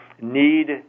need